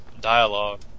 dialogue